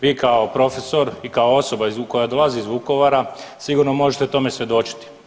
Vi kao profesor i kao osoba koja dolazi iz Vukovara sigurno tome možete tome svjedočiti.